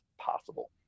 possible